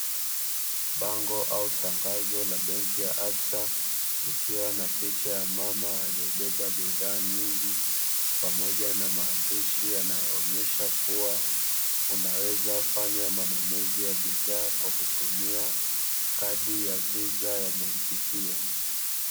Bango au tangazo la benki ya "absa", likiwa na picha ya mama aliyebeba bidhaa nyingi, pamoja na maandishi yanayoonyesha kuwa, unaweza fanya manunuzi ya bidhaa kwa kutumia kadi ya visa ya benki hiyo.